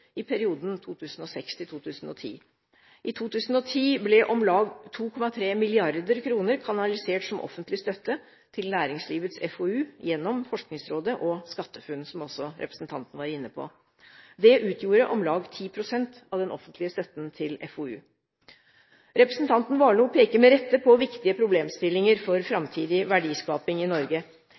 i perioden 2006–2010. I 2010 ble om lag 2,3 mrd. kr kanalisert som offentlig støtte til næringslivets FoU gjennom Forskningsrådet og SkatteFUNN, som også representanten var inne på. Det utgjorde om lag 10 pst. av den offentlige støtten til FoU. Representanten Warloe peker med rette på viktige problemstillinger for framtidig verdiskaping i Norge.